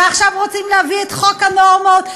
ועכשיו רוצים להביא את חוק הנורמות,